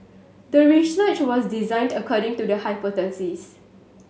the research was designed according to the hypothesis